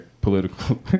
political